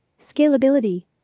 Scalability